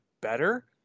better